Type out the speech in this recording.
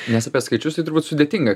nes apie skaičius tai turbūt sudėtinga